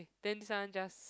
then this one just